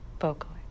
vocally